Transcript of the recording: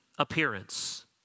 Appearance